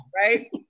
right